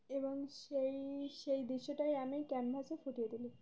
এবং সেই সেই দৃশ্যটাই আমি ক্যানভাসে ফুটিয়ে তুলি